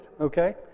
Okay